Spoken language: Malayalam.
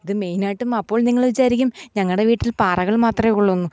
ഇതു മെയിനായിട്ടും അപ്പോൾ നിങ്ങൾ വിചാരിക്കും ഞങ്ങളുടെ വീട്ടിൽ പാറകൾ മാത്രമേ ഉള്ളുവെന്ന്